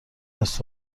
است